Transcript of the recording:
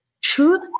truth